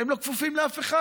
הם לא כפופים לאף אחד.